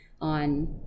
on